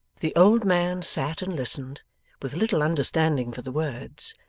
the old man sat and listened with little understanding for the words,